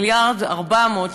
1.4 מיליארד,